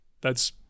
That's-